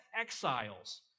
exiles